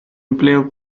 empleo